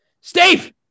Steve